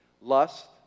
Lust